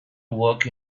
walk